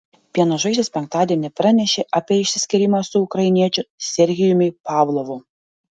pieno žvaigždės penktadienį pranešė apie išsiskyrimą su ukrainiečiu serhijumi pavlovu